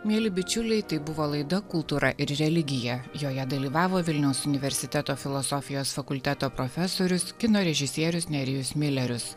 mieli bičiuliai tai buvo laida kultūra ir religija joje dalyvavo vilniaus universiteto filosofijos fakulteto profesorius kino režisierius nerijus milerius